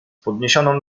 podniesioną